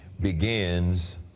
begins